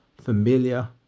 familiar